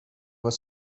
were